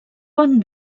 bon